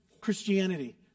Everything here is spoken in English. Christianity